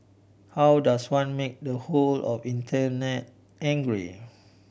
how does one make the whole of Internet angry